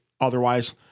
otherwise